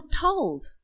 told